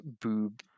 boob